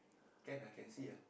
can lah can see ah